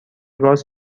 گاز